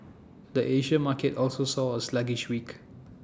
the Asia market also saw A sluggish week